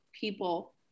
people